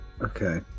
Okay